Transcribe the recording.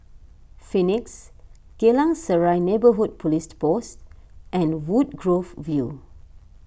Phoenix Geylang Serai Neighbourhood Police Post and Woodgrove View